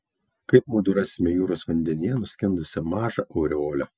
kaip mudu rasime jūros vandenyje nuskendusią mažą aureolę